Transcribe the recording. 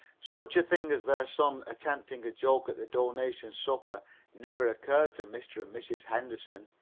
such a thing as their son attempting a joke at the donation supper never occurred to mr. or mrs henderson.